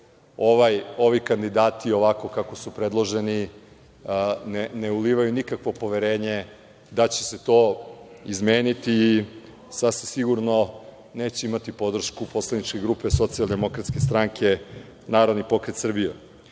ovi kandidati, ovako kako su predloženi, ne ulivaju nikakvo poverenje da će se to izmeniti i sasvim sigurno neće imati podršku poslaničke grupe Socijaldemokratske stranke – Narodni pokret